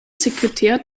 sekretär